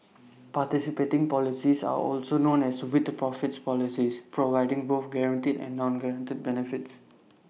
participating policies are also known as with profits policies providing both guaranteed and non guaranteed benefits